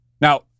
Now